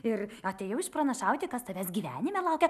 ir atėjau išpranašauti kas tavęs gyvenime laukia